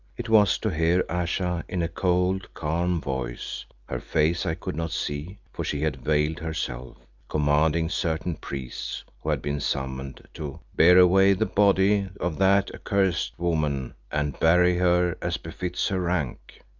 it was to hear ayesha in a cold, calm voice her face i could not see for she had veiled herself commanding certain priests who had been summoned to bear away the body of that accursed woman and bury her as befits her rank.